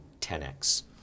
10x